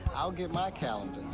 i'll get my calendar,